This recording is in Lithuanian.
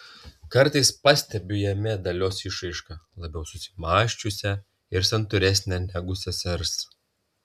kartais pastebiu jame dalios išraišką labiau susimąsčiusią ir santūresnę negu sesers